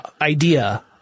idea